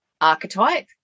archetype